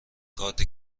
کارت